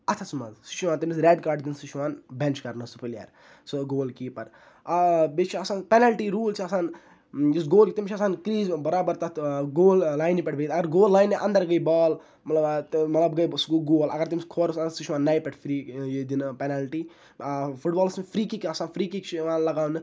اَتھَس مَنٛز سُہ چھُ یِوان تٔمِس ریٚڈ کارڑ دِنہٕ سُہ چھُ یِوان بیٚنٛچ کَرنہٕ سُہ پٕلیر سُہ گول کیٖپَر آ بیٚیہِ چھُ آسان پیٚنَلٹی روٗل چھُ آسان یُس گول تٔمِس چھُ آسان کریٖز بَرابَر تَتھ گول لانہِ پٮ۪ٹھ بِہتھ اَگَر گول لانہِ اَندِر گٔے بال مَطلب مَطلَب سُہ گوٚو گول اَگَر تٔمِس کھوٚر اوس اَندَر سُہ چھِ یِوان نَیہِ پٮ۪ٹھِ فری یہِ دِنہٕ پیٚنَلٹی فُٹ بالس منٛز چھُ فری کِک آسان فری کِک چھِ یِوان لَگاونہٕ